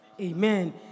Amen